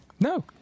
no